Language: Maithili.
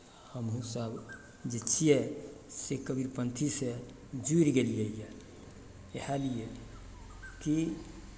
हमहूँ सभ जे छियै से कबीरपन्थीसँ जुड़ि गेलियैए इएह लिए कि